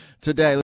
today